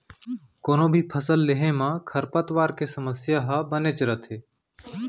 कोनों भी फसल लेहे म खरपतवार के समस्या ह बनेच रथे